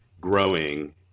growing